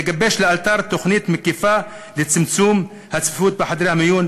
לגבש לאלתר תוכנית מקיפה לצמצום הצפיפות בחדרי המיון